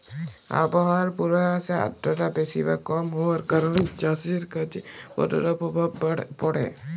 আবহাওয়ার পূর্বাভাসে আর্দ্রতা বেশি বা কম হওয়ার কারণে চাষের কাজে কতটা প্রভাব পড়ে?